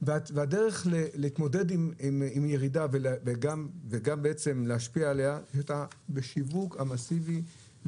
והדרך להתמודד עם ירידה ולהשפיע עליה היא בשיווק מסיבי,